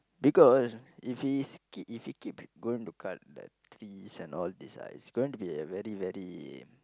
because if he keep he keep going to cut the trees and all these ah it's going to be very very